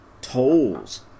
tolls